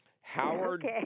Howard